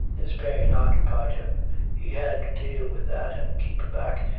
his pain oc cupied him he had to deal with that and keep back,